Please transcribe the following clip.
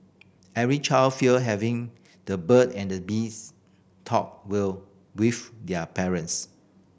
every child fear having the bird and the bees talk will with their parents